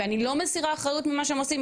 ואני לא מסירה אחריות ממה שהם עושים,